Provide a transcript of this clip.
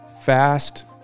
fast